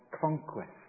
conquest